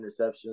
interceptions